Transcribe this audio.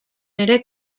ere